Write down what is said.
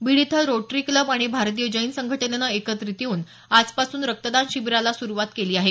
बीड इथं rotary club आणि भारतीय जैन संघटनेनं एकत्रित येऊन आजपासून रक्तदान शिबिराला सुरूवात केली आहे